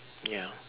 ya